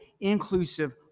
inclusive